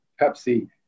pepsi